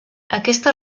aquesta